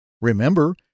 Remember